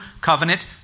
covenant